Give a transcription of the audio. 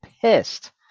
pissed